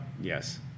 Yes